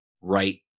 right